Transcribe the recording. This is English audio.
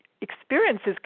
experiences